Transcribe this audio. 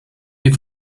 wir